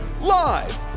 Live